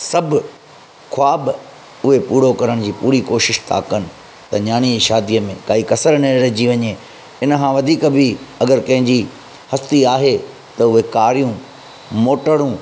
सभु ख़्वाबु उहे पूरो करण जी पूरी कोशिश था कनि त नियाणीअ जी शादीअ में काई कसरु न रहिजी वञे इन खां वधीक बि अगरि कंहिंजी हस्ती आहे त उहे कारियूं मोटरूं